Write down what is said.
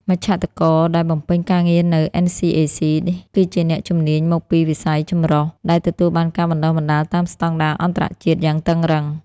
មជ្ឈត្តករដែលបំពេញការងារនៅ NCAC គឺជាអ្នកជំនាញមកពីវិស័យចម្រុះ ដែលទទួលបានការបណ្ដុះបណ្ដាលតាមស្ដង់ដារអន្តរជាតិយ៉ាងតឹងរ៉ឹង។